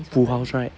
full house right